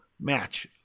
match